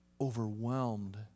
overwhelmed